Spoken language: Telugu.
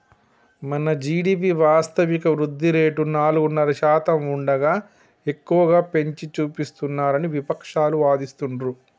మన జీ.డి.పి వాస్తవిక వృద్ధి రేటు నాలుగున్నర శాతం ఉండగా ఎక్కువగా పెంచి చూపిస్తున్నారని విపక్షాలు వాదిస్తుండ్రు